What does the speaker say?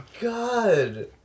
god